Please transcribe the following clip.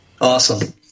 Awesome